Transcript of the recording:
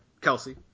Kelsey